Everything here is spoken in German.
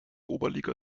oberliga